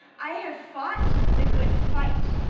i have fought the good fight,